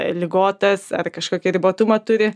ligotas ar kažkokį ribotumą turi